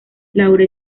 laura